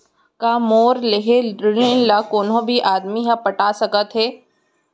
का मोर लेहे ऋण ला कोनो भी आदमी ह पटा सकथव हे?